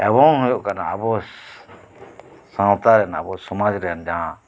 ᱮᱵᱚᱝ ᱦᱩᱭᱩᱜ ᱠᱟᱱᱟ ᱟᱵᱚ ᱥᱟᱶᱛᱟ ᱨᱮᱱᱟᱜ ᱟᱵᱚ ᱥᱚᱢᱟᱡᱽ ᱨᱮᱱ ᱡᱟᱦᱟᱸ